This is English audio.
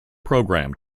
programme